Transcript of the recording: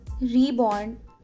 reborn